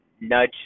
nudge